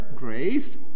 grace